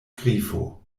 grifo